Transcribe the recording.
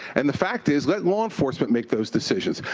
and the fact is, let law enforcement make those decisions.